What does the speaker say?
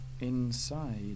inside